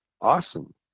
awesome